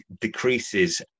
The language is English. decreases